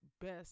best